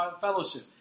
Fellowship